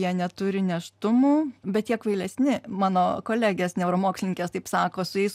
jie neturi nėštumų bet jie kvailesni mano kolegės neuromokslininkės taip sako su jais